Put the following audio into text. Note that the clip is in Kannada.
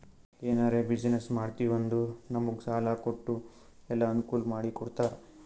ಎನಾರೇ ಬಿಸಿನ್ನೆಸ್ ಮಾಡ್ತಿವಿ ಅಂದುರ್ ನಮುಗ್ ಸಾಲಾ ಕೊಟ್ಟು ಎಲ್ಲಾ ಅನ್ಕೂಲ್ ಮಾಡಿ ಕೊಡ್ತಾರ್